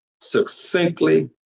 succinctly